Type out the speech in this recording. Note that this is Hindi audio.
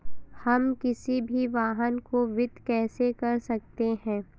हम किसी भी वाहन को वित्त कैसे कर सकते हैं?